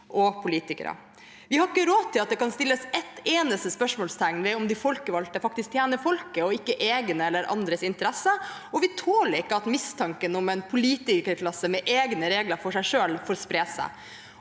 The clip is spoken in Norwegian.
Vi har ikke råd til at det kan settes ett eneste spørsmålstegn ved om de folkevalgte faktisk tjener folket og ikke egne eller andres interesser, og vi tåler ikke at mistanken om en politikerklasse med egne regler for seg selv får spre seg.